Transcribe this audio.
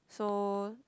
so